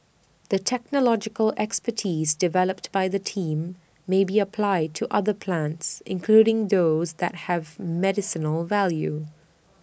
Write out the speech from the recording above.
the technological expertise developed by the team may be applied to other plants including those that have medicinal value